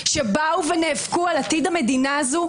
שבאו ונאבקו על עתיד המדינה הזאת,